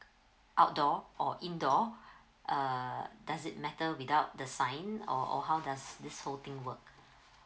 outdoor or indoor uh does it matter without the sign or or how does this whole thing work